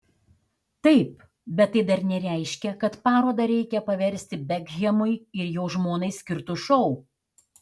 taip bet tai dar nereiškia kad parodą reikia paversti bekhemui ir jo žmonai skirtu šou